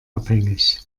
abhängig